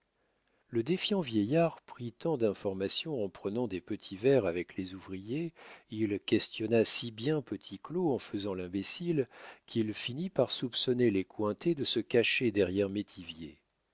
le défiant vieillard prit tant d'informations en prenant des petits verres avec les ouvriers il questionna si bien petit claud en faisant l'imbécile qu'il finit par soupçonner les cointet de se cacher derrière